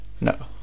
No